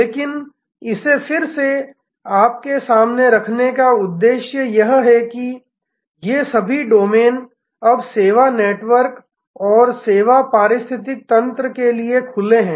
लेकिन इसे फिर से आपके सामने रखने का उद्देश्य यह है कि ये सभी डोमेन अब सेवा नेटवर्क और सेवा पारिस्थितिकी तंत्र के लिए खुले हैं